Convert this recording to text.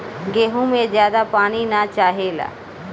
गेंहू में ज्यादा पानी ना चाहेला